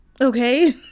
Okay